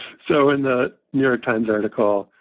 so in the new york times article,